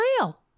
real